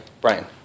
Brian